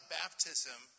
baptism